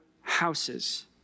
houses